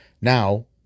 Now